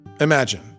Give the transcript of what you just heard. Imagine